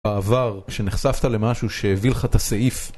בעבר, כשנחשפת למשהו שהביא לך את הסעיף